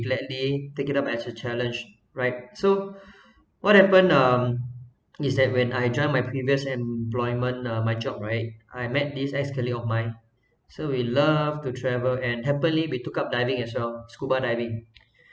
let they take it up as a challenge right so what happen um is that when I join my previous employment uh my job right I met this ex-colleague of mine so we love to travel and happily we took up diving as well scuba diving